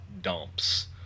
dumps